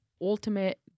ultimate